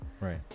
Right